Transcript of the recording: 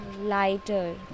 lighter